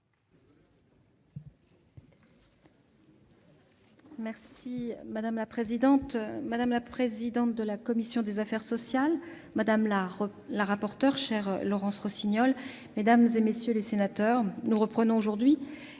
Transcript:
Madame la présidente, madame la présidente de la commission des affaires sociales, madame la rapporteure- chère Laurence Rossignol -, mesdames, messieurs les sénateurs, nous reprenons aujourd'hui